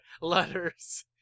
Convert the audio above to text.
letters